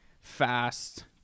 fast